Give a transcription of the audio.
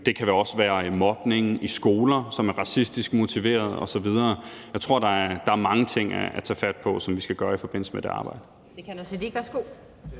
Det kan også være mobning i skoler, som er racistisk motiveret osv. Jeg tror, der er mange ting at tage fat på i forbindelse med det arbejde.